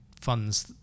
funds